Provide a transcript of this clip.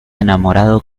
enamorado